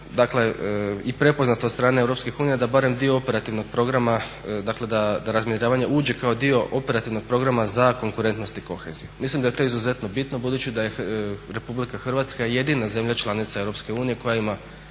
dakle i prepoznat od strane Europske unije da barem dio operativnog programa, dakle da razminiravanje uđe kao dio operativnog programa za konkurentnost i koheziju. Mislim da je to izuzetno bitno budući da je Republika Hrvatska jedina zemlja članica Europske unije koja ima